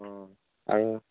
অ আৰু